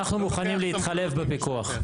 אנחנו מוכנים להתחלף בפיקוח.